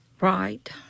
Right